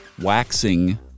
waxing